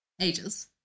ages